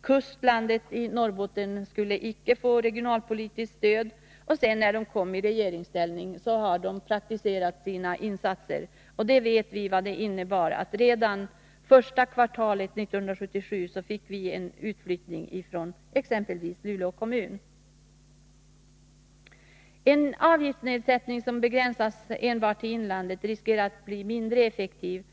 kustlandet i Norrbotten inte skulle få regionalpolitiskt stöd. När centern sedan kom i regeringsställning praktiserade partiet sina teorier. Vi vet vad det innebar: redan första kvartalet 1977 fick vi en utflyttning från exempelvis Luleå kommun. En avgiftsnedsättning som begränsas till inlandet riskerar att bli mindre effektiv.